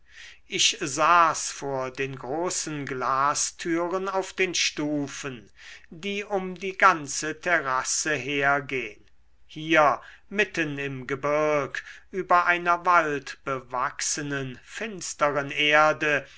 ich saß vor den großen glastüren auf den stufen die um die ganze terrasse hergehn hier mitten im gebirg über einer waldbewachsenen finsteren erde